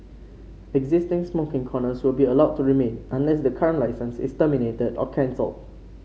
existing smoking corners will be allowed to remain unless the current licence is terminated or cancelled